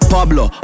Pablo